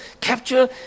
Capture